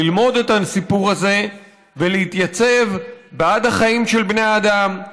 ללמוד את הסיפור הזה ולהתייצב בעד החיים של בני האדם,